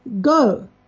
go